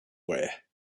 wear